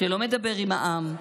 שלא מדבר עם העם,